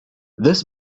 this